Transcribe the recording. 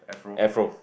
afro